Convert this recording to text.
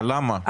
אבל למה?